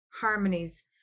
harmonies